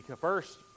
First